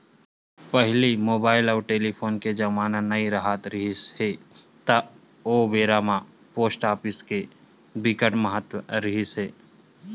पहिली मुबाइल अउ टेलीफोन के जमाना नइ राहत रिहिस हे ता ओ बेरा म पोस्ट ऑफिस के बिकट महत्ता रिहिस हे